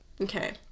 Okay